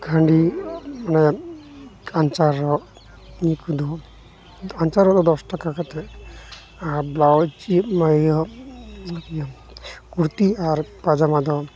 ᱠᱷᱟᱺᱰᱤ ᱢᱟᱱᱮ ᱟᱧᱪᱟᱨ ᱨᱚᱜ ᱱᱤᱭᱟᱹ ᱠᱚᱫᱚ ᱟᱧᱪᱟᱨ ᱨᱚᱜᱫᱚ ᱫᱚᱥ ᱴᱟᱠᱟ ᱠᱟᱛᱮᱫ ᱟᱨ ᱵᱞᱟᱣᱩᱡᱽ ᱚᱱᱟ ᱤᱭᱟᱹ ᱠᱩᱨᱛᱤ ᱟᱨ ᱯᱟᱡᱟᱢᱟ ᱫᱚ